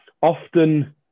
often